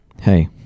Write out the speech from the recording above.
hey